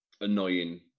annoying